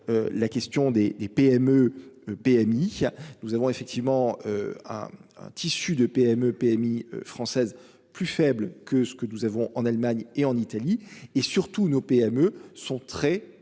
La question des des PME PMI. Nous avons effectivement à un tissu de PME PMI françaises plus faible que ce que nous avons en Allemagne et en Italie et surtout nos PME sont très